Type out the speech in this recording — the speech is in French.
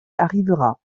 arrivera